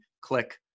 click